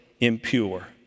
impure